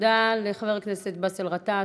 תודה לחבר הכנסת באסל גטאס.